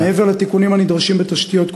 מעבר לתיקונים הנדרשים בתשתיות,